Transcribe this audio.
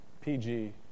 PG